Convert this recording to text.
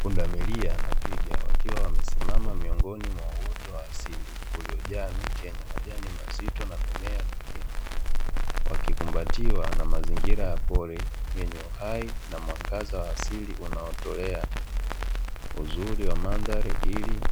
Pundamilia na twiga wakiwa wamesimama miongoni mwa uoto wa asili, uliojaa miti yenye majani mazito na mimea mingine. Wakikumbatiwa na mazingira ya pori yenye uhai na mwangaza wa asili, unaotolea uzuri wa Mandhari ili